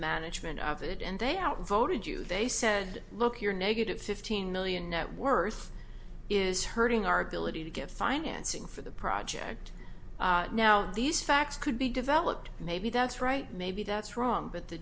management of it and they outvoted you they said look your negative fifteen million net worth is hurting our ability to get financing for the project now these facts could be developed maybe that's right maybe that's wrong but the